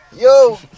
Yo